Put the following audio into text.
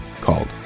called